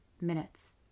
minutes